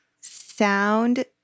Sound